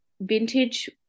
vintage